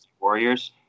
Warriors